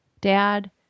dad